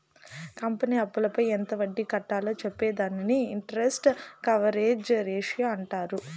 company అప్పులపై ఎంత వడ్డీ కట్టాలో చెప్పే దానిని ఇంటరెస్ట్ కవరేజ్ రేషియో అంటారు